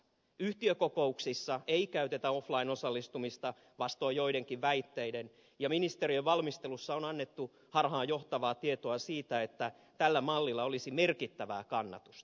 yhtiökokouksissa ei käytetä offline osallistumista vastoin joitakin väitteitä ja ministeriön valmistelussa on annettu harhaanjohtavaa tietoa siitä että tällä mallilla olisi merkittävää kannatusta